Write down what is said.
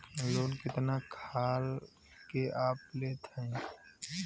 Loan कितना खाल के आप लेत हईन?